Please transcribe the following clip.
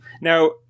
Now